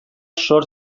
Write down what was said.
zor